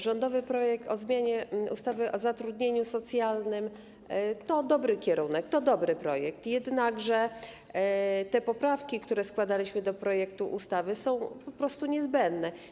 Rządowy projekt ustawy o zmianie ustawy o zatrudnieniu socjalnym to dobry kierunek, to dobry projekt, jednak te poprawki, które składaliśmy do projektu ustawy, są po prostu niezbędne.